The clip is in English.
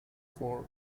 for